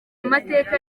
amateka